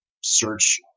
search